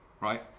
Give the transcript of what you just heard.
right